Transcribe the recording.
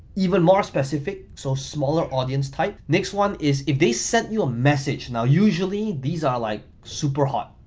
even more specific, so smaller audience type. next one is if they sent you a message. now usually these are like super hot,